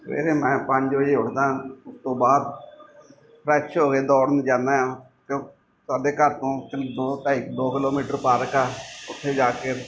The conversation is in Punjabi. ਸਵੇਰੇ ਮੈਂ ਪੰਜ ਵਜੇ ਉੱਠਦਾ ਉਸ ਤੋਂ ਬਾਅਦ ਫਰੈਸ਼ ਹੋ ਕੇ ਦੌੜਨ ਜਾਂਦਾ ਹਾਂ ਅਤੇ ਉਹ ਸਾਡੇ ਘਰ ਤੋਂ ਤਿਨ ਦੋ ਢਾਈ ਦੋ ਕਿਲੋਮੀਟਰ ਪਾਰਕ ਆ ਉੱਥੇ ਜਾ ਕੇ